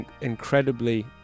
incredibly